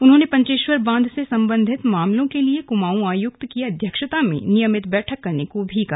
उन्होंने पंचेश्वर बांध से संबंधित मामलों के लिए कुमाऊं आयुक्त की अध्यक्षता में नियमित बैठक करने को भी कहा